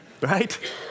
Right